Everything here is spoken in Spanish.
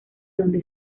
donde